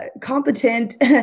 competent